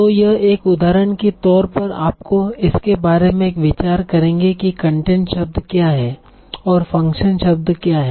तो यह एक उदाहरण की तोर पर आपको इसके बारे में एक विचार करेंगे की कंटेंट शब्द क्या हैं और फ़ंक्शन शब्द क्या हैं